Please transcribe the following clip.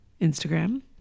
Instagram